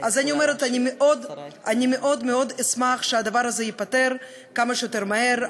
אני מאוד מאוד אשמח שהדבר הזה ייפתר כמה שיותר מהר.